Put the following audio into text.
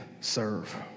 serve